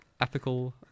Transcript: ethical